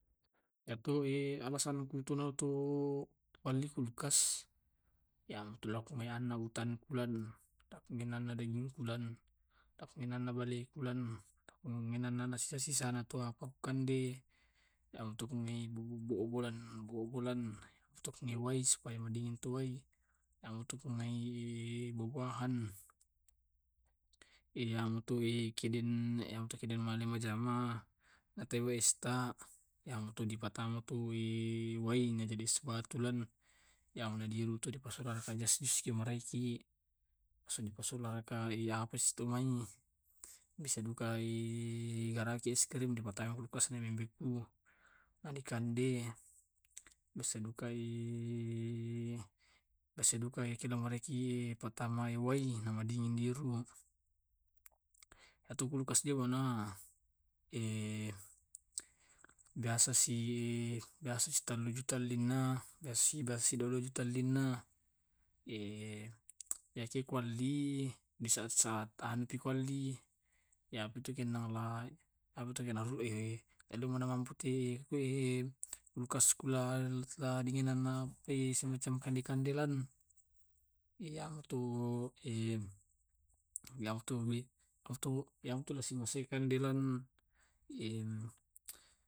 Iyatu e alasanku tu na tu to alli kulkas, yang tu lain kuan anna kulain ten, yang tulan anna kulen, inanna bale kulen, inanana sisa-sisana to apa kande yantu mai buh buubu bulan buubu bulan, yang to wai supaya madingin toi, yang to mai buah-buahan yang to e kidin iyan to kidin meloi majama atau westa. Yang to dipatama to wai wai na jadi es batulen. Yang nadiro to dipersonalken jastimaraiki. Ya apa sito mai. Bisa dukai garaki es krim dipatami kulkas na membeku, na dikande bisa dukai pasidukaui kila mareki patamai wai, namadingin diru. Iyatu kulkas di wana biasa si biasa si telu juta linna, biasa si biasa si dua juta llinna. iya ke kualli di saat-saat anupi kualii iyapi tu kenaala, iyapi tu kenaala kulkasku la la dingina la pe semacam kande kande lan iyamtu, iyamtu yamtu la sikande kande lan.